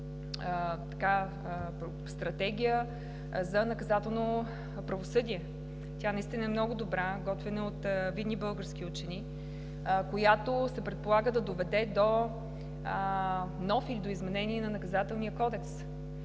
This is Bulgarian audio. стратегия за наказателно правосъдие. Тя наистина е много добра, готвена е от видни български учени, която, се предполага, да доведе до нов и до изменение на Наказателния кодекс.